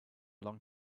long